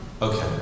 Okay